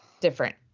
different